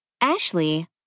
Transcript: Ashley